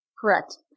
Correct